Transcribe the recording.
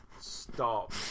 Stop